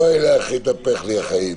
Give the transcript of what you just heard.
איך התהפכו לי החיים?